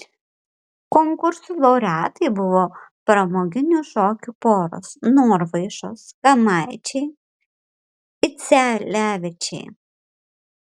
konkursų laureatai buvo pramoginių šokių poros norvaišos kamaičiai idzelevičiai